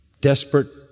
desperate